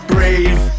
Brave